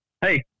Hey